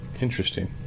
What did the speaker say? Interesting